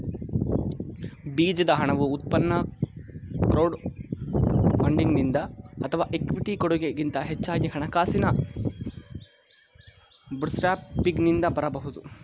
ಬೀಜದ ಹಣವು ಉತ್ಪನ್ನ ಕ್ರೌಡ್ ಫಂಡಿಂಗ್ನಿಂದ ಅಥವಾ ಇಕ್ವಿಟಿ ಕೊಡಗೆ ಗಿಂತ ಹೆಚ್ಚಾಗಿ ಹಣಕಾಸಿನ ಬೂಟ್ಸ್ಟ್ರ್ಯಾಪಿಂಗ್ನಿಂದ ಬರಬಹುದು